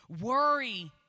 worry